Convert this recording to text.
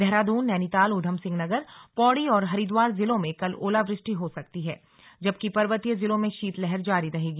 देहरादून नैनीताल ऊधमसिंह नगर पौड़ी और हरिद्वार जिलों में कल ओलावृष्टि हो सकती है जबकि पर्वतीय जिलों में शीतलहर जारी रहेगी